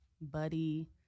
Buddy